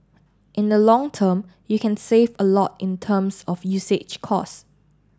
in the long term you can save a lot in terms of usage cost